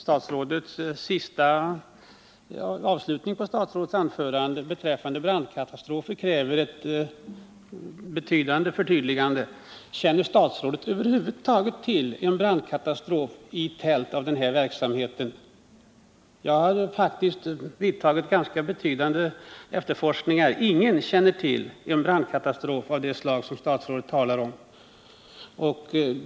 Herr talman! Avslutningen på statsrådets anförande beträffande brandkatastrofer kräver ett ordentligt förtydligande. Känner statsrådet över huvud taget till en brandkatastrof i tält där den här typen av verksamhet bedrivits? Jag har faktiskt gjort ganska betydande efterforskningar. Ingen känner till en brandkatastrof av det slag som statsrådet talar om.